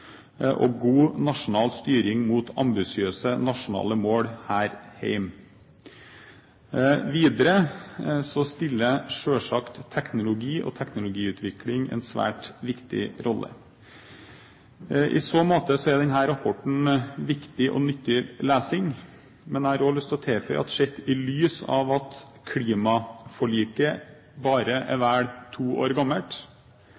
og internasjonalt – og god nasjonal styring mot ambisiøse nasjonale mål her hjemme. Videre spiller selvsagt teknologi og teknologiutvikling en svært viktig rolle. I så måte er denne rapporten viktig og nyttig lesing, men jeg har òg lyst til å tilføye at sett i lys av at klimaforliket bare er